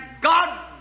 God